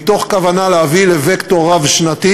מתוך כוונה להביא לווקטור רב-שנתי